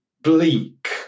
bleak